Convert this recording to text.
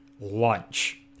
lunch